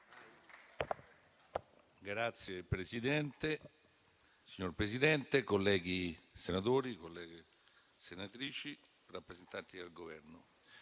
*(FI-BP-PPE)*. Signor Presidente, colleghi senatori, colleghe senatrici, rappresentanti del Governo,